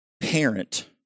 parent